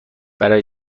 برای